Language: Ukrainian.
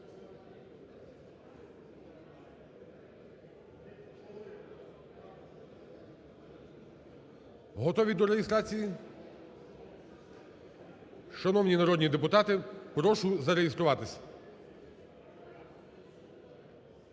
Готові до реєстрації? Шановні народні депутати, прошу зареєструватись.